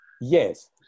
Yes